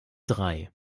drei